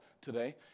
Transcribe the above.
today